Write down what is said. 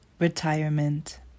Retirement